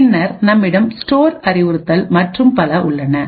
பின்னர் நம்மிடம்ஸ்டோர் அறிவுறுத்தல் மற்றும் பல உள்ளன